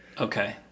Okay